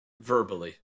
verbally